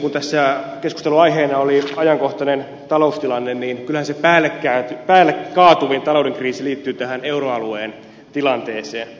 kun tässä keskustelun aiheena oli ajankohtainen taloustilanne niin kyllähän se päälle kaatuvin talouden kriisi liittyy tähän euroalueen tilanteeseen